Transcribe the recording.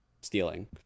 stealing